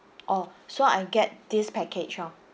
orh so I get this package orh